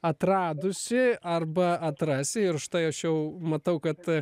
atradusi arba atrasi ir štai aš jau matau kad